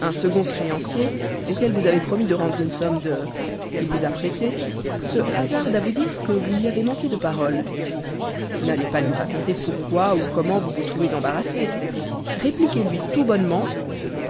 un second créancier auquel vous avez promis de rendre une somme de qu'il vous a prêtée se hasarde à vous dire que vous lui avez manqué de parole n'allez pas lui raconter pourquoi ou comment vous vous trouvez embarrassé répliquez lui tout bonnement